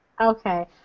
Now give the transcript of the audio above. Okay